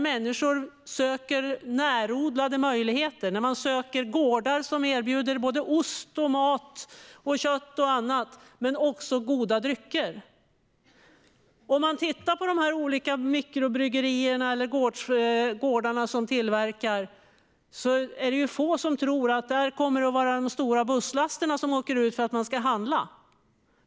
Människor söker möjligheter att köpa närodlat och gårdar som erbjuder ost, mat, kött och annat men också goda drycker. När det gäller de olika mikrobryggerierna eller gårdarna som tillverkar sådant är det få som tror att det kommer att vara stora busslaster med folk som åker dit för att handla.